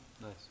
Nice